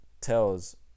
tells